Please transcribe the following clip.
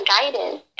guidance